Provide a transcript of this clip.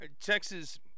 texas